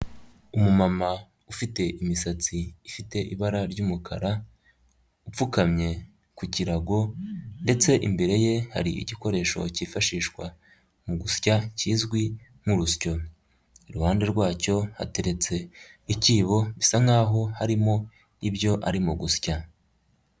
Umumama ufite imisatsi ifite ibara ry'umukara, upfukamye ku kirago ndetse imbere ye hari igikoresho cyifashishwa mu gusya kizwi nk'urusyo, iruhande rwacyo hateretse ikibo bisa nkaho harimo ibyo arimo gusya.